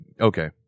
Okay